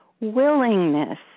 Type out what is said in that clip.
willingness